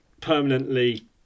permanently